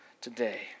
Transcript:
today